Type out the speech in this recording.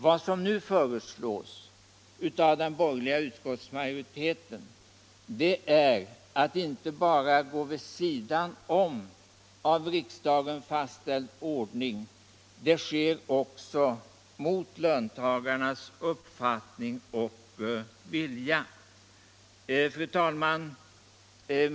Vad som nu föreslås av den borgerliga utskottsmajoriteten är att inte bara gå vid sidan om av riksdagen fastställd ordning. Det sker också mot löntagarnas uppfattning och vilja. Fru talman!